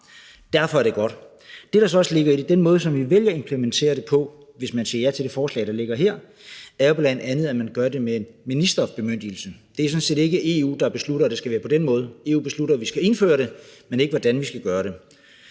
Derfor er det godt. Det, der så også ligger i det, er den måde, vi vælger at implementere det på, hvis man siger ja til det forslag, som ligger her. Her ligger der jo bl.a., at man gør det med en ministerbemyndigelse. Det er sådan set ikke EU, der beslutter, at det skal være på den måde. EU beslutter, at vi skal indføre det, men ikke hvordan vi skal gøre det.